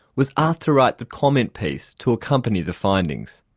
was asked to write the comment piece to accompany the findings.